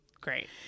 Great